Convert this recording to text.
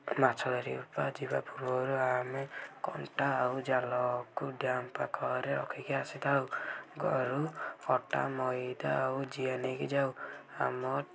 ମାଛ ଧରିବା ଯିବା ପୂର୍ବରୁ ଆମେ କଣ୍ଟା ଆଉ ଜାଲକୁ ଡ୍ୟାମ୍ ପାଖରେ ରଖିକି ଆସିଥାଉ ଘରୁ ଅଟା ମଇଦା ଆଉ ଜିଆ ନେଇକି ଯାଉ ଆମ